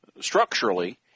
structurally